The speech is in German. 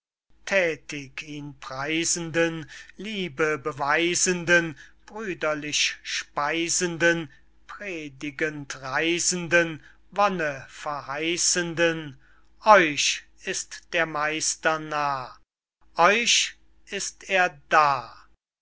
ihn preisenden liebe beweisenden brüderlich speisenden predigend reisenden wonne verheißenden euch ist der meister nah euch ist er da